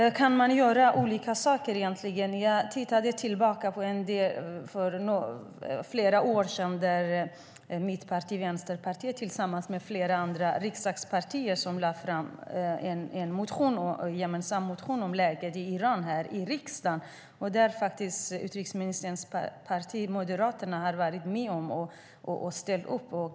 Kan man göra olika saker? Jag gick flera år tillbaka och tittade på vad vi gjort och såg att mitt parti, Vänsterpartiet, tillsammans med flera andra riksdagspartier väckte en gemensam motion i riksdagen om läget i Iran. Utrikesministerns parti, Moderaterna, var också med.